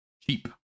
cheap